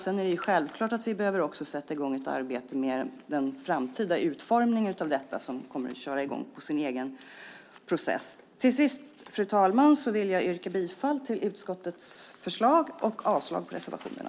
Det är självklart att vi behöver sätta i gång ett arbete med den framtida utformningen av detta som kommer i gång med sin egen process. Fru talman! Slutligen yrkar jag bifall till utskottets förslag och avslag på reservationerna.